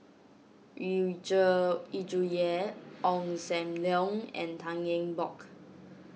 Yu Zhuye Ong Sam Leong and Tan Eng Bock